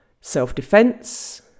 self-defense